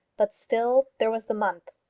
but still there was the month.